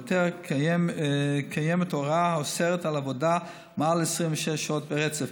בהיתר קיימת הוראה האוסרת עבודה מעל 26 שעות ברצף,